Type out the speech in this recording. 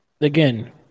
again